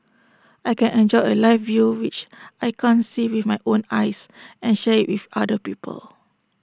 I can enjoy A live view which I can't see with my own eyes and share IT with other people